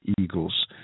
Eagles